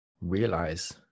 realize